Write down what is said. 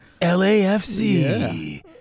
LAFC